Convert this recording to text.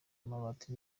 amabati